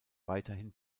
weiterhin